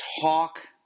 talk